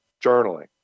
Journaling